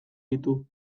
ditu